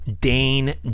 Dane